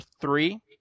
three